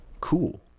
cool